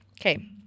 okay